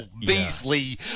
Beasley